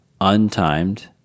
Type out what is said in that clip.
untimed